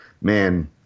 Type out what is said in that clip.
man